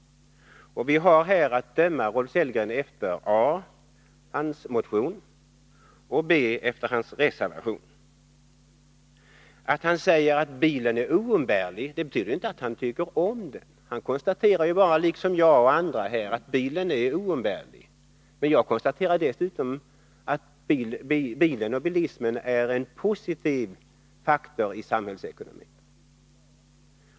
Vi har här att döma Rolf Sellgren efter a) hans motion och b) hans reservation. Att han säger att bilen är oumbärlig betyder inte att han tycker om den. Han konstaterar bara — liksom jag och andra här — att bilen är oumbärlig. Men jag konstaterar dessutom att bilen och bilismen är en positiv faktor i samhällsekonomin.